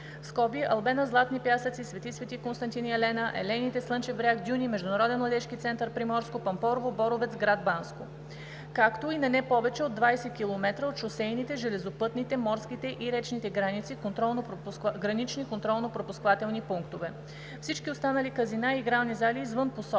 Закона („Албена“, „Златни пясъци“, „Св. св. Константин и Елена“, „Елените“, „Слънчев бряг“, „Дюни“, „Международен младежки център – Приморско“, „Пампорово“, „Боровец“, град Банско), както и на не повече от 20 км от шосейните, железопътните, морските и речните гранични контролно-пропускателни пунктове. Всички останали казина и игрални зали, извън посочените,